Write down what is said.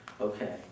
Okay